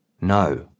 no